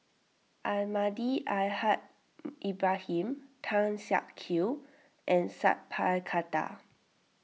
Almahdi Al Haj Ibrahim Tan Siak Kew and Sat Pal Khattar